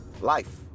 life